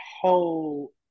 whole